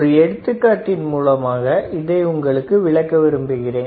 ஒரு எடுத்துக்காட்டின் மூலமாக இதை உங்களுக்கு விளக்க விரும்புகிறேன்